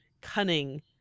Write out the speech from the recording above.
cunning